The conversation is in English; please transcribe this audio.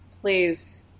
Please